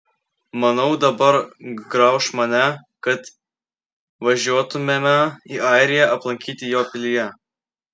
manau dabar grauš mane kad važiuotumėme į airiją aplankyti jo pilyje